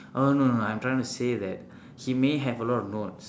oh no no no I'm trying to say that he may have a lot of notes